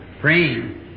praying